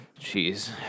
Jeez